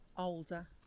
older